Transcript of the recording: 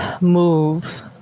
move